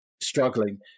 struggling